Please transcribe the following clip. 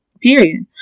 period